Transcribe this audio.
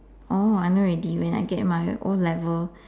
oh I know already when I get my O level